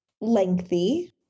lengthy